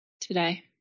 today